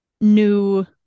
new